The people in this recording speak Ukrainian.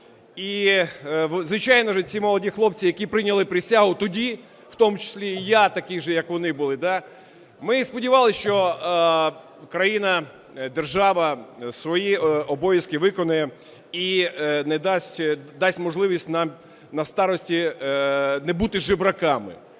І, звичайно, ці молоді хлопці, які прийняли присягу тоді, в тому числі і я такий же, як вони, був, да, ми сподівались, що країна, держава, свої обов'язки виконає і не дасть… дасть можливість нам в старості не бути жебраками.